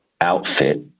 outfit